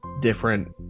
different